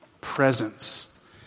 presence